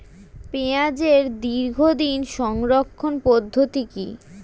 পেঁয়াজের দীর্ঘদিন সংরক্ষণ পদ্ধতি কি?